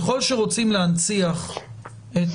ככל שרוצים להנציח את